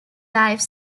life